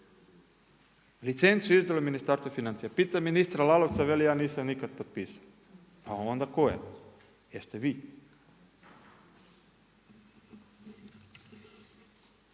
Licencu je izdalo Ministarstvo financija. Pitam ministra Lalovca, veli ja nisam nikada potpisao, pa onda tko je? Jeste vi?